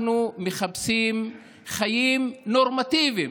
אנחנו מחפשים חיים נורמטיביים.